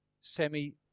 semi